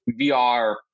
VR